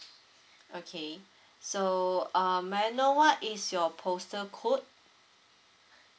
okay so um may I know what is your postal code